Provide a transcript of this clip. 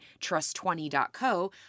Trust20.co